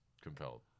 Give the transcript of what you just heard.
compelled